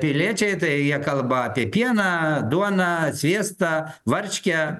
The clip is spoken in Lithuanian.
piliečiai tai jie kalba apie pieną duoną sviestą varškę